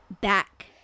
back